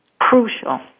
crucial